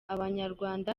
abanyarwanda